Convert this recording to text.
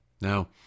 Now